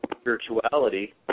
spirituality